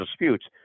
disputes